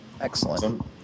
excellent